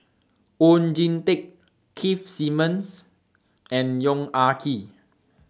Oon Jin Teik Keith Simmons and Yong Ah Kee